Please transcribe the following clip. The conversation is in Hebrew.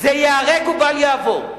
זה ייהרג ובל יעבור.